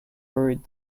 buried